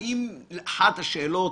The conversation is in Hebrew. האם אחת השאלות